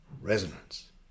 resonance